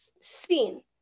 seen